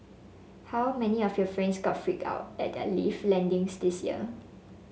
how many of your friends got freaked out at their lift landings this year